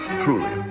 truly